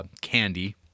Candy